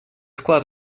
вклад